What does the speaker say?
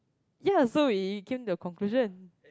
ya so it came the conclusion